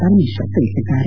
ಪರಮೇಶ್ವರ್ ತಿಳಿಸಿದ್ದಾರೆ